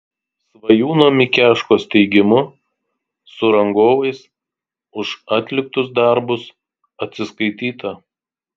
svajūno mikeškos teigimu su rangovais už atliktus darbus atsiskaityta